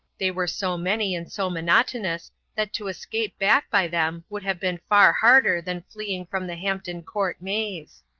they were so many and so monotonous that to escape back by them would have been far harder than fleeing from the hampton court maze.